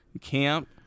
camp